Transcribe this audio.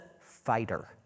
fighter